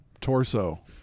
torso